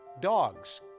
dogs